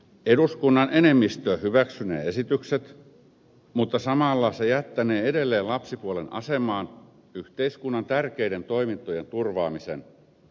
eduskunnan enemmistö hyväksynee esitykset mutta samalla se jättänee edelleen lapsipuolen asemaan yhteiskunnan tärkeiden toimintojen turvaamisen